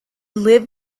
lived